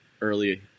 early